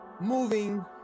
moving